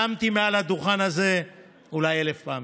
נאמתי מעל הדוכן הזה אולי 1,000 פעמים,